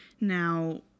Now